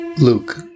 Luke